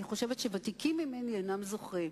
אני חושבת שוותיקים ממני אינם זוכרים.